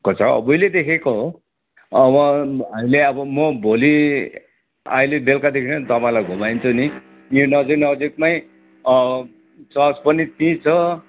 को छ उहिलेदेखिको हो अब अहिले अब म भोलि अहिले बेलकादेखि नै तपाईँलाई घुमाइ दिन्छु नि ती नजिक नजिकमै चर्च पनि त्यहीँ छ